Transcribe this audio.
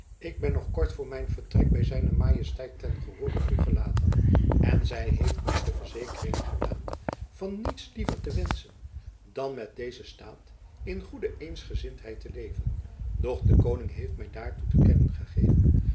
ik ben nog kort voor mijn vertrek by zijne majesteit ten gehoore toegelaten en zy heeft my de verzekering gedaan van niets liever te wenschen dan met dezen staat in goede eensgezindheid te leven doch de koning heeft my daarby te kennen gegeven